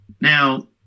Now